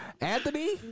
Anthony